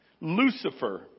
Lucifer